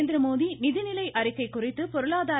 நரேந்திரமோடி நிதிநிலை அறிக்கை குறித்து பொருளாதார